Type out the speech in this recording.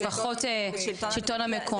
זה פחות, שלטון המקומי.